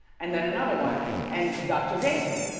and then another one and dr. david.